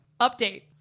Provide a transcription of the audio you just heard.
Update